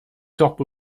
top